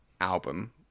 album